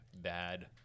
Bad